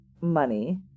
money